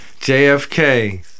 JFK